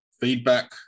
feedback